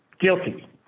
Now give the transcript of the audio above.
guilty